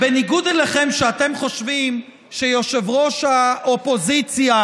שאתם חושבים שראש האופוזיציה